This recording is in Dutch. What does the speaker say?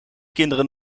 kinderen